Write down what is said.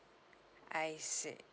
I see